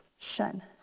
shun,